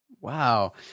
Wow